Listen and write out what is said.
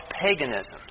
paganism